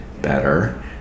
Better